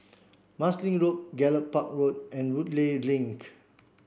Marsiling Road Gallop Park Road and Woodleigh Link